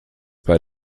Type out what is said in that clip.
bei